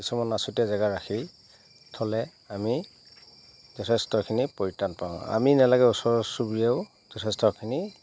কিছুমান আছুতীয়া জেগাত ৰাখি থ'লে আমি যথেষ্টখিনি পৰিত্ৰাণ পাওঁ আমি নালাগে ওচৰ চুবুৰীয়াও যথেষ্টখিনি